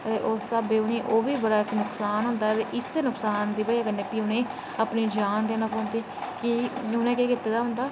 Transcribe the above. उस हिसाबें उनेंगी ओह् बी इक बड़ा नुक्सान होंदा ते इस्सै नुक्सान दी बजाह् कन्नै उनेगी अपनी जान देना पौंदी कि उनें केह् कीते दा होंदा